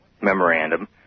memorandum